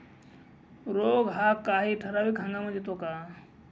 रोग हा काही ठराविक हंगामात येतो का?